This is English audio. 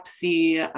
see